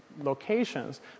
locations